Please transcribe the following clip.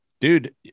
dude